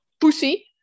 pussy